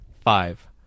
Five